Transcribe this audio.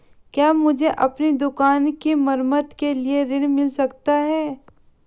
क्या मुझे अपनी दुकान की मरम्मत के लिए ऋण मिल सकता है?